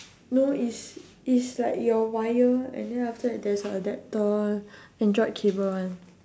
no it's it's like your wire and then after that there's a adapter android cable one